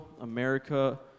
America